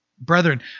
Brethren